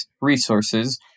resources